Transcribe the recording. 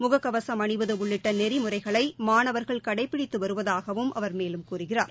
முக கவசம் அணிவது உள்ளிட்ட நெறிமுறைகளை மாணவர்கள் கடைபிடித்து வருவதாகவும் அவர் மேலும் கூறுகிறார்